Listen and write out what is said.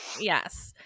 Yes